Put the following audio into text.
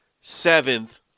seventh